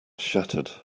shattered